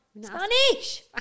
Spanish